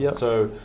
yeah so,